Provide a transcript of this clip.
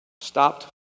stopped